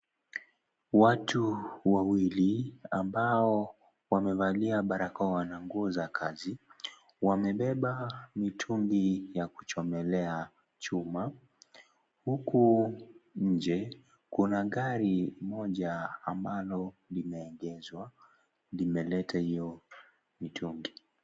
Watu wawili ambao wamevalia barakoa na nguo za kazi wamebeba mitungi ya kuchomelea chuma huku nje kuna gari moja ambalo limeegeshwa, limelete hiyo mitungi.